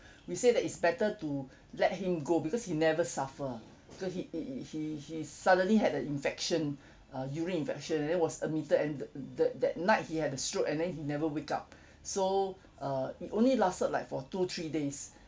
we say that it's better to let him go because he never suffer cause he he he he he suddenly had a infection a urine infection and then was admitted and the the that night he had a stroke and then he never wake up so err it only lasted like for two three days